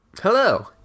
Hello